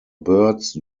birds